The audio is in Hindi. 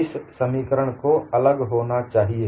इस समीकरण को अलग होना चाहिए